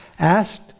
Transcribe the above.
Asked